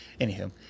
Anywho